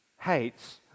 hates